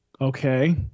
okay